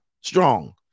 strong